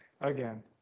again